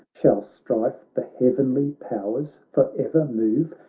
shall strife the heavenly powers for ever move,